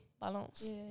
Balance